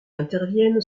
interviennent